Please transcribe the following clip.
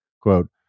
Quote